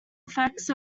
effects